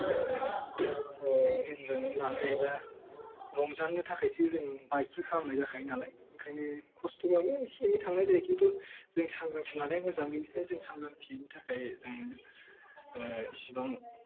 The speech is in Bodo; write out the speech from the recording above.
जों इनजयमेन्ट लानो एबा रंजानो थाखायसो जों बाइकिं खालामनाय जाखायो नालाय ओंखायनो खस्थ'आबो एसे एनै थांनाय जायो खिन्थु जों सांग्रांथि लानाया मोजां बेनिखायनो जों सांग्रांथिनि थाखाय जों इसेबां